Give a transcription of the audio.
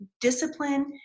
discipline